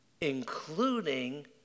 including